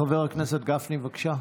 חבר הכנסת גפני, בבקשה.